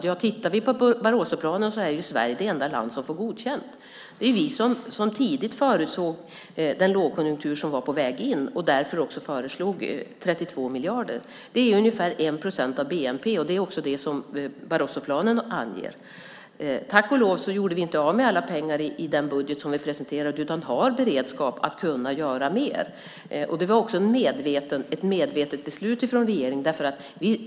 Om vi tittar på Barrosoplanen är Sverige det enda land som får godkänt. Det var vi som tidigt förutsåg den lågkonjunktur som var på väg in och därför föreslog 32 miljarder. Det är ungefär 1 procent av bnp, och det är också det som Barrosoplanen anger. Tack och lov gjorde vi inte av med alla pengar i den budget som vi presenterade, utan vi har beredskap för att kunna göra mer. Det var ett medvetet beslut från regeringen.